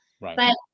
Right